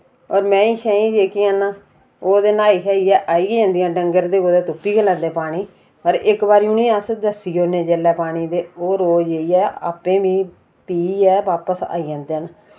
और मेईं शेईं जेह्कियां ना ओह् ते न्हा्ई शाइयै आई गै जन्दियां न डंगर ते कुतै तुप्पी गै लैंदे पानी पर इक वबारी उ'नें अस दस्सी औने जेल्लै पानी ते ओ रोज जाइयै आप्पे मि पीयै वापस आई जन्दे न